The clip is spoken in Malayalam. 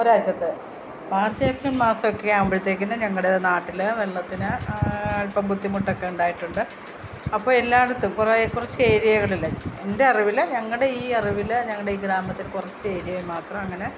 ഒരാഴ്ചത്തെ മാർച്ച് ഏപ്രിൽ മാസമൊക്കെ ആകുമ്പോഴത്തേക്കിനും ഞങ്ങളുടെ നാട്ടിൽ വെള്ളത്തിന് അൽപ്പം ബുദ്ധിമുട്ടൊക്കെ ഉണ്ടായിട്ടുണ്ട് അപ്പോൾ എല്ലായിടത്തും കുറേ കുറച്ച് ഏരിയകളിൽ എൻ്റെ അറിവിൽ ഞങ്ങളുടെ ഈ അറിവിൽ ഞങ്ങളുടെ ഗ്രാമത്തിൽ കുറച്ച് ഏരിയയിൽ മാത്രം അങ്ങനെ